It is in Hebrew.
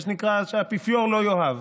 מה שנקרא, אז שהאפיפיור לא יאהב.